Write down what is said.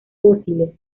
fósiles